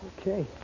Okay